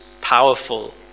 powerful